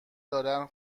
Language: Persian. دارن